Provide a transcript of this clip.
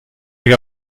hag